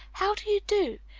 how do you do?